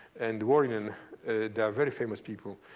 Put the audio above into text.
and warren. they are very famous people.